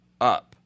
up